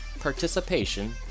participation